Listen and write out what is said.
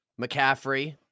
McCaffrey